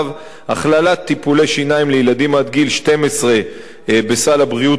הכללת טיפולי שיניים לילדים עד גיל 12 בסל הבריאות הציבורי,